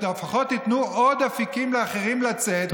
לפחות תיתנו עוד אפיקים לאחרים לצאת,